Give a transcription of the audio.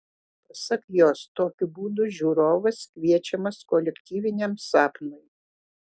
pasak jos tokiu būdu žiūrovas kviečiamas kolektyviniam sapnui